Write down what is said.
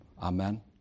Amen